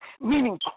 meaning